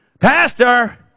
Pastor